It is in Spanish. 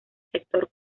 sector